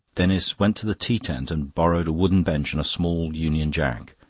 denis went to the tea-tent and borrowed a wooden bench and a small union jack.